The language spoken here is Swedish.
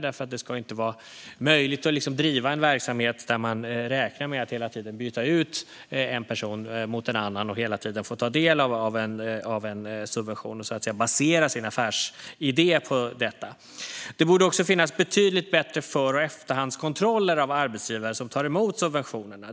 Det ska inte vara möjligt att driva en verksamhet där man räknar med att hela tiden byta ut en person mot en annan och hela tiden få ta del av en subvention och basera sin affärsidé på detta. Det borde också finnas betydligt bättre för och efterhandskontroller av arbetsgivare som tar emot subventionerna.